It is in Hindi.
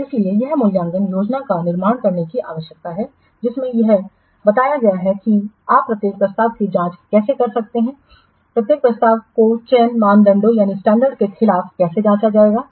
तो इसीलिए यह मूल्यांकन योजना का निर्माण करने की आवश्यकता है जिसमें यह बताया गया है कि आप प्रत्येक प्रस्ताव की जांच कैसे कर सकते हैं प्रत्येक प्रस्ताव को चयन मानदंडों के खिलाफ कैसे जांचा जाएगा